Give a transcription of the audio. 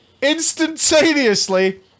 Instantaneously